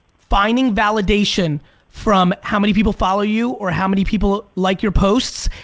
finding validation from how many people follow you or how many people like your posts,